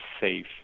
safe